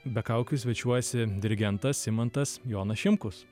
be kaukių svečiuojasi dirigentas imantas jonas šimkus